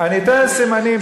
אני אתן סימנים,